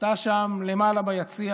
אתה שם למעלה ביציע,